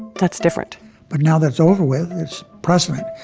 that's different but now that's over with. it's precedent.